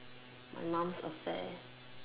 my mum's affair